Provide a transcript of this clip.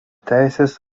teisės